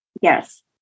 Yes